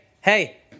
hey